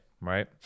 right